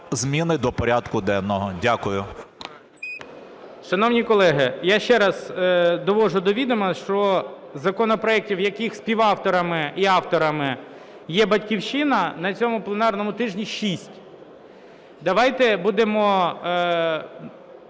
зміни до порядку денного. Дякую.